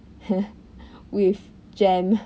with jam